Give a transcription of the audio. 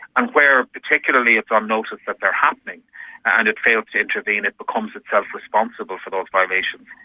and where particularly it's on notice that they are happening and it fails to intervene, it becomes itself responsible for those violations.